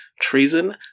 treason